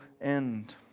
end